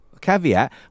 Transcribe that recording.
caveat